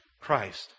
Christ